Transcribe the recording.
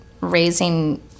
raising